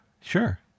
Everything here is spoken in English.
Sure